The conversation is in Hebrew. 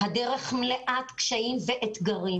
ומלאת קשיים ואתגרים.